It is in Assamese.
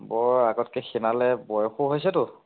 বৰ আগতকৈ খীণালে বয়সো হৈছেতো